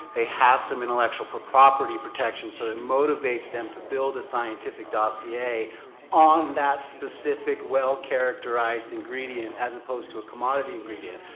they have some intellectual property protection. so it motivates them to build a scientific dossier on that specific well characterized ingredient, as opposed to a commodity ingredient.